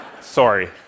Sorry